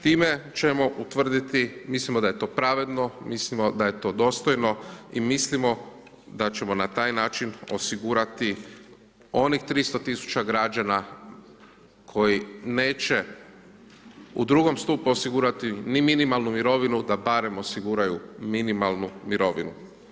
Time ćemo utvrditi, mislimo da je to pravedno, mislimo da je to dostojno i mislimo da ćemo na taj način osigurati onih 300 000 građana koji neće u drugom stupu osigurati ni minimalnu mirovinu, da barem osiguraju minimalnu mirovinu.